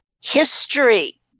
history